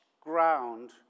ground